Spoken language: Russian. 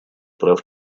прав